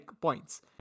points